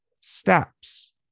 steps